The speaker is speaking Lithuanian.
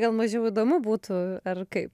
gal mažiau įdomu būtų ar kaip